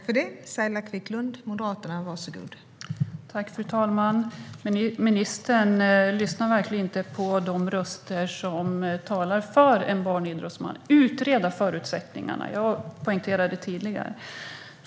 Fru talman! Ministern lyssnar inte på de röster som talar för en barnidrottsombudsman. Man bör utreda förutsättningarna, som jag poängterade tidigare.